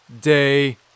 Day